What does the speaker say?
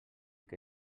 que